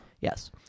Yes